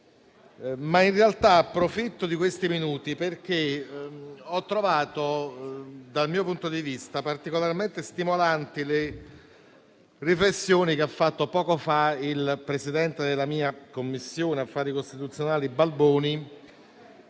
ma in realtà approfitto di questi minuti perché ho trovato, dal mio punto di vista, particolarmente stimolanti le riflessioni che ha fatto poco fa il Presidente della Commissione affari costituzionali cui